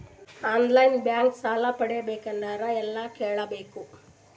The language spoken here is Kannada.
ಆನ್ ಲೈನ್ ಬ್ಯಾಂಕ್ ಸಾಲ ಪಡಿಬೇಕಂದರ ಎಲ್ಲ ಕೇಳಬೇಕು?